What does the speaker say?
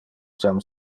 jam